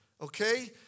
Okay